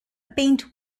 paint